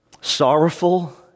sorrowful